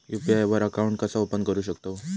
UPI वर account कसा open करू शकतव?